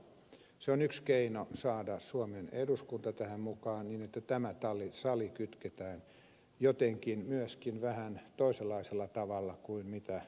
se on yksi keino saada suomen eduskunta tähän mukaan niin että tämä sali kytketään jotenkin myöskin vähän toisenlaisella tavalla kuin mitä nyt tehtiin